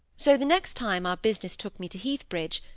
so the next time our business took me to heathbridge,